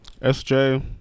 SJ